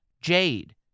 Jade